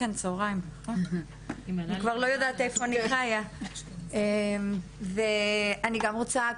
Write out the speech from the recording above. אני גם רוצה,